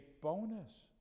bonus